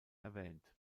erwähnt